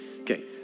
Okay